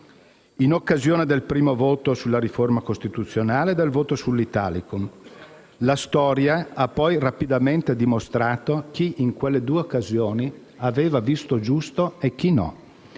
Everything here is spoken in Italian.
in occasione del primo voto sulla riforma costituzionale e del voto sull'Italicum. La storia ha poi rapidamente dimostrato chi, in quelle due occasioni, aveva visto giusto e chi no.